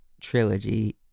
trilogy